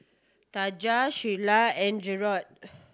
Tanja Sheyla and Jerod